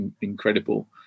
incredible